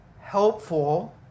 helpful